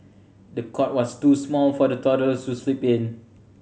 the cot was too small for the toddler to sleep in